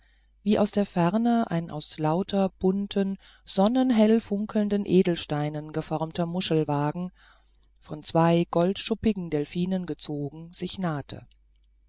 wie aus der ferne ein aus lauter bunten sonnenhell funkelnden edelsteinen geformter muschelwagen von zwei goldschuppigen delphinen gezogen sich nahte